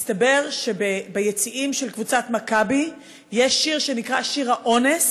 מסתבר שביציעים של קבוצת מכבי יש שיר שנקרא "שיר האונס",